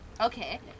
Okay